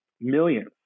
millions